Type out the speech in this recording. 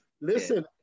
Listen